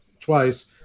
twice